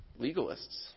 legalists